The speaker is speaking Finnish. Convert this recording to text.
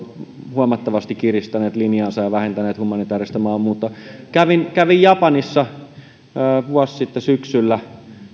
huomattavasti kiristäneet linjaansa ja vähentäneet humanitääristä maahanmuuttoa kävin kävin japanissa vuosi sitten syksyllä